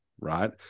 right